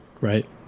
right